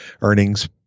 earnings